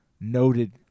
noted